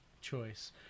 choice